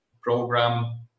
program